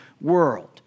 world